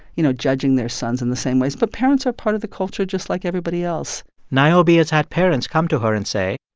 you know, judging their sons in the same ways, but parents are part of the culture just like everybody else niobe has had parents come to her and say.